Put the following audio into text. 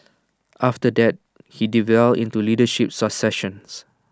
after that he delved into leadership successions